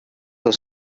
was